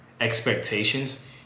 expectations